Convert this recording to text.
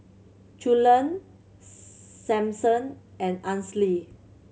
Cullen Sampson and Ansley